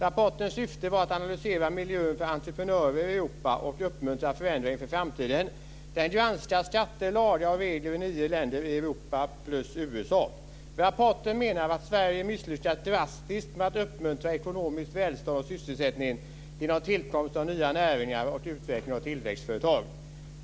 Rapportens syfte var att analysera miljön för entreprenörer i Europa och uppmuntra förändringar i framtiden. Den granskar skatter, lagar och regler i nio länder i Europa plus USA. Rapporten menar att Sverige misslyckats drastiskt med att uppmuntra ekonomiskt välstånd och sysselsättning genom tillkomst av nya näringar och utveckling av tillväxtföretag.